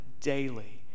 daily